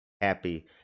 happy